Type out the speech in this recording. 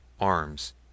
arms